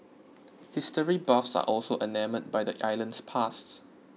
history buffs are also enamoured by the island's past